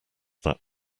that